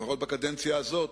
לפחות בקדנציה הזאת,